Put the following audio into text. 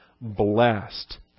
blessed